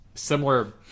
similar